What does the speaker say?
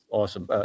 awesome